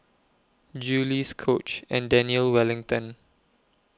Julie's Coach and Daniel Wellington